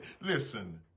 Listen